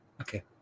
Okay